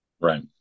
Right